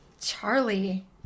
Charlie